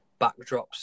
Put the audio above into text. backdrops